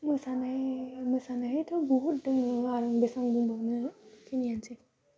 मोसानाय मोसानायाथ' बहुद दङ आरो बेसां बुंबावनो बेखिनियानोसै